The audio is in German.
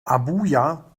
abuja